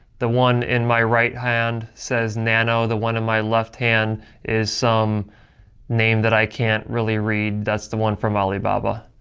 the one in my right hand says nano. the one in my left hand is some name that i can't really read, that's the one from alibaba.